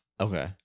Okay